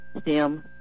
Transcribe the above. STEM